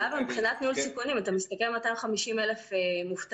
אבל מבחינת ניהול סיכונים אתה מסתכל על 250,000 מובטלים